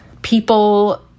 People